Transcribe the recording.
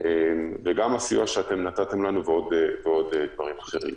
וגם הסיוע שאתם נתתם לנו ועוד דברים אחרים.